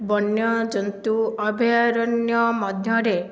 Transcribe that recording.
ବନ୍ୟଜନ୍ତୁ ଅଭୟାରଣ୍ୟ ମଧ୍ୟରେ